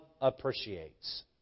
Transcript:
appreciates